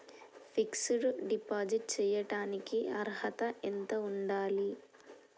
Fix డ్ deposit చేయటానికి అర్హత ఎంత ఉండాలి?